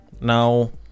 now